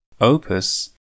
Opus